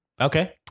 Okay